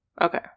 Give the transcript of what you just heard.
Okay